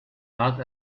art